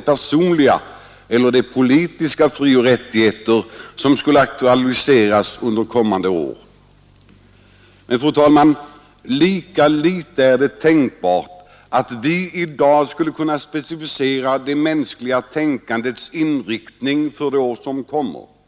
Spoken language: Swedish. personliga eller beträffande politiska frioch rättigheter som skulle aktualiseras under kommande år. Lika litet är det tänkbart att vi i dag skulle kunna specificera det mänskliga tänkandets inriktning för de år som kommer.